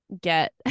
get